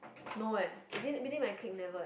no leh between between my clip never leh